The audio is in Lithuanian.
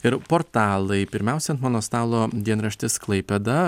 ir portalai pirmiausia ant mano stalo dienraštis klaipėda